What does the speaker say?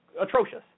atrocious